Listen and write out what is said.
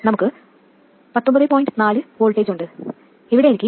4 V ഉണ്ട് ഇവിടെ എനിക്ക് 0